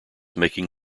making